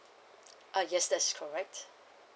uh yes that's correct